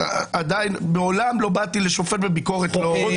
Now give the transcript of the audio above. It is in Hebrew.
עדיין מעולם לא באתי לשופט בביקורת לא --- חוץ